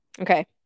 Okay